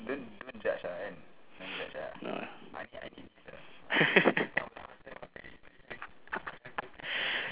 no lah